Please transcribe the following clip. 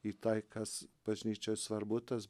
į tai kas bažnyčioj svarbu tas